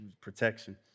Protection